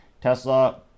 Tesla